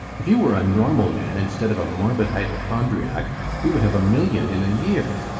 if you were a normal man instead of a morbid hypochondriac we would have a million in a year.